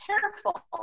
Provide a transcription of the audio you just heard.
careful